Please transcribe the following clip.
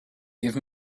give